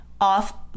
off